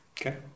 Okay